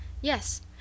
Yes